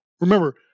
remember